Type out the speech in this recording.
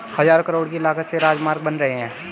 हज़ारों करोड़ की लागत से राजमार्ग बन रहे हैं